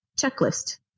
checklist